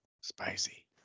spicy